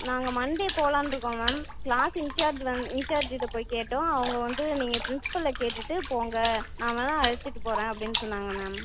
நாங்கள் மண்டே போகலான்னு இருக்கோம் மேம் க்ளாஸ் இன்சார்ஜ் வந் இன்சார்ஜுக்கிட்ட போய் கேட்டோம் அவங்க வந்து நீங்கள் வந்து பிரின்ஸ்பளை கேட்டுவிட்டு போங்க நான் வேணா அழைச்சிட்டு போகறேன் அப்படினு சொன்னாங்க மேம்